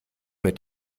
mit